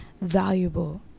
valuable